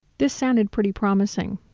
this sounded pretty promising.